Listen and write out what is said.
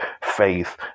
faith